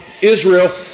Israel